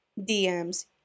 DMs